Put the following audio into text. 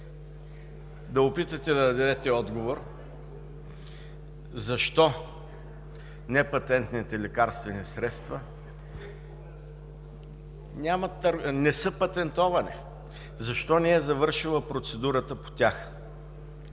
да опитате да дадете отговор защо непатентните лекарствени средства не са патентовани? Защо не е завършила процедурата по тях?